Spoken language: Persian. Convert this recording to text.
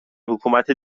حکومت